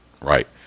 right